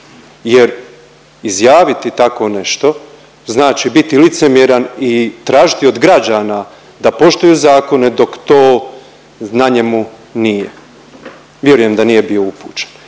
jer izjaviti tako nešto znači biti licemjeran i tražiti od građana da poštuju zakone, dok to na njemu nije. Vjerujem da nije bio upućen.